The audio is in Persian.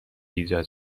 ایجاد